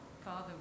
father